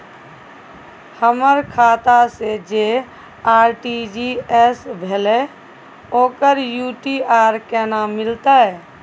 हमर खाता से जे आर.टी.जी एस भेलै ओकर यू.टी.आर केना मिलतै?